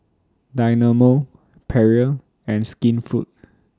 Dynamo Perrier and Skinfood